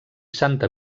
santa